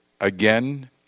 again